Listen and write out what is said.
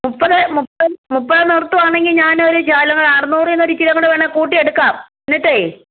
മുപ്പത് മുപ്പത് മു പ്പത് നിർത്തുവാണെങ്കിൽ ഞാൻ ഒരു ശകലം അറുന്നൂറിൽ നിന്ന് ഒരു ഇച്ചിരി അങ്ങോട്ട് വേണെൽ കൂട്ടി എടുക്കാം എന്നീട്ടേ